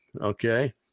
Okay